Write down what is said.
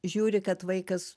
žiūri kad vaikas